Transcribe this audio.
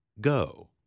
Go